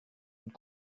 und